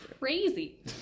Crazy